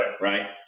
Right